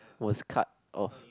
was cut off